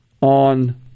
on